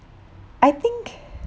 I think